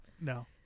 No